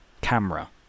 camera